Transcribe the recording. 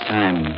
time